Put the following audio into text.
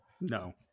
No